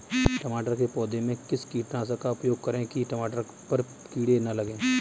टमाटर के पौधे में किस कीटनाशक का उपयोग करें कि टमाटर पर कीड़े न लगें?